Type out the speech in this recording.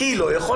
כי היא לא יכולה.